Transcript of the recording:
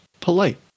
polite